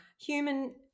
human